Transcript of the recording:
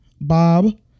Bob